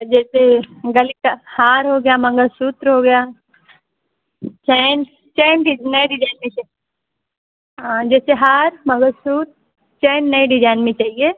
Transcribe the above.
जैैसे गले का हार हो गया मंगलसूत्र हो गया चैन चैन नए डिजाइन में चाहिए जैसे हार मंगलसूत्र चैन नए डिजाइन में चाहिए